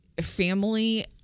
Family